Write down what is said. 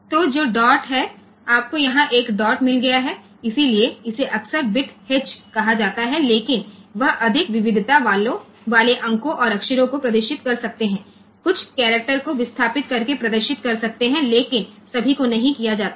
तो जो डॉट है आपको यहाँ एक डॉट मिल गया है इसलिए इसे अक्सर बिट एच कहा जाता है लेकिन वह अधिक विविधता वाले अंकों और अक्षरों को प्रदर्शित कर सकते हैं कुछ करैक्टर को विस्थापित करके प्रदर्शित कर सकते हैं लेकिन सभी को नहीं किया जाता है